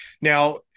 Now